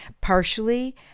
partially